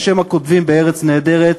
בשם הכותבים ב"ארץ נהדרת".